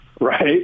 right